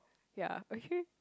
ya actually